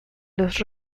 los